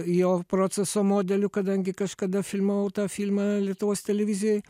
jo proceso modeliu kadangi kažkada filmavau tą filmą lietuvos televizijoj